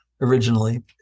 originally